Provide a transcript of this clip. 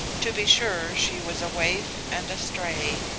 to be sure she was a waif and a stray,